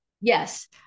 Yes